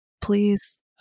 please